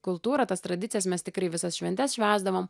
kultūrą tas tradicijas mes tikrai visas šventes švęsdavom